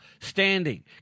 standing